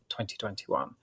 2021